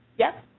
yep.